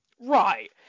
Right